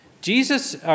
Jesus